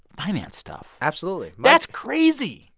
finance stuff absolutely that's crazy,